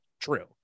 true